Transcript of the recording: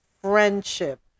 friendship